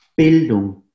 Bildung